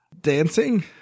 Dancing